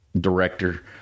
director